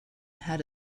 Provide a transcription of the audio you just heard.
had